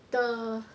the